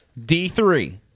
D3